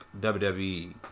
WWE